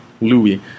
louis